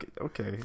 okay